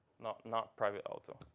not not private auto.